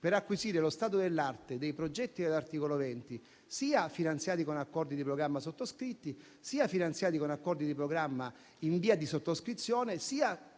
per acquisire lo stato dell'arte dei progetti dell'articolo 20, sia finanziati con accordi di programma sottoscritti, sia finanziati con accordi di programma in via di sottoscrizione,